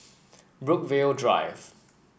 Brookvale Drive